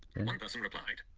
like person replied.